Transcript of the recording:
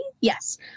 yes